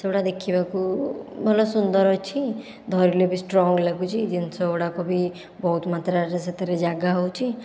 ସେଗୁଡ଼ା ଦେଖିବାକୁ ଭଲ ସୁନ୍ଦର ଅଛି ଧରିଲେ ବି ସ୍ଟ୍ରଂ ଲାଗୁଛି ଜିନିଷ ଗୁଡ଼ାକ ବି ବହୁତ ମାତ୍ରାରେ ସେଥିରେ ଜାଗା ହେଉଛି